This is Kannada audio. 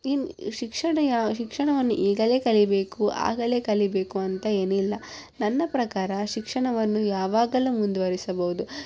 ಇನ್ನು ಶಿಕ್ಷಣ ಶಿಕ್ಷಣವನ್ನು ಈಗಲೇ ಕಲಿಬೇಕು ಆಗಲೇ ಕಲಿಬೇಕು ಅಂತ ಏನಿಲ್ಲ ನನ್ನ ಪ್ರಕಾರ ಶಿಕ್ಷಣವನ್ನು ಯಾವಾಗಲು ಮುಂದುವರಿಸಬಹುದು